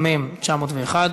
אין נמנעים.